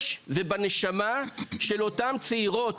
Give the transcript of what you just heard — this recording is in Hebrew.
בנפש ובנשמה של אותן צעירות,